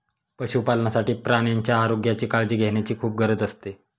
पशुपालनासाठी प्राण्यांच्या आरोग्याची काळजी घेण्याची खूप गरज असते